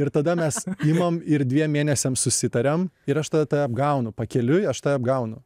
ir tada mes imam ir dviem mėnesiam susitariam ir aš tada tave apgaunu pakeliui aš apgaunu